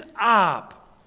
up